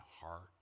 heart